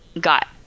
got